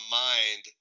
mind